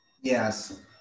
Yes